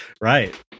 Right